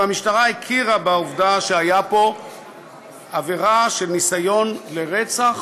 והמשטרה הכירה בעובדה שהייתה פה עבירה של ניסיון לרצח,